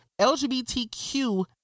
LGBTQ